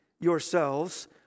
yourselves